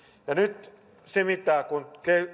nyt kun